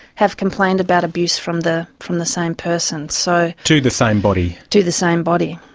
have complained about abuse from the. from the same person. so. to the same body? to the same body,